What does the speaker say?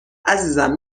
عزیزم